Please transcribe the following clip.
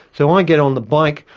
so i get on the bike,